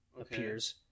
appears